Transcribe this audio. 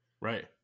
Right